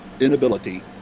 Inability